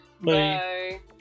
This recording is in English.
Bye